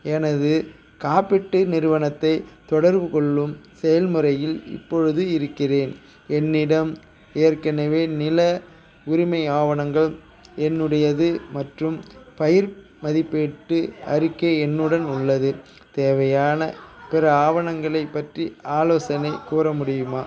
எனது காப்பீட்டு நிறுவனத்தைத் தொடர்பு கொள்ளும் செயல்முறையில் இப்பொழுது இருக்கின்றேன் என்னிடம் ஏற்கனவே நில உரிமை ஆவணங்கள் என்னுடையது மற்றும் பயிர் மதிப்பீட்டு அறிக்கை என்னுடன் உள்ளது தேவையான பிற ஆவணங்களைப் பற்றி ஆலோசனைக் கூற முடியுமா